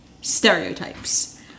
Stereotypes